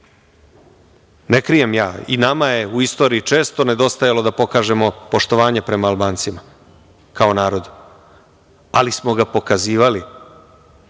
krijem ja, i nama je u istoriji često nedostajalo da pokažemo poštovanje prema Albancima, kao narodu, ali smo ga pokazivali.